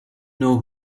know